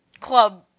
club